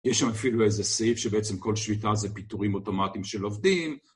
יש שם אפילו איזה סעיף שבעצם כל שביתה זה פיתורים אוטומטיים של עובדים